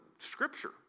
scripture